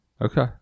Okay